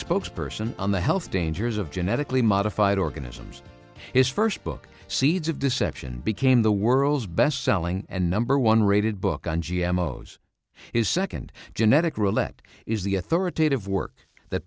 spokesperson on the health dangers of genetically modified organisms his first book seeds of deception became the world's best selling and number one rated book on g m o is second genetic roulette is the authoritative work that